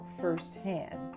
firsthand